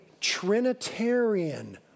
Trinitarian